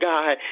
God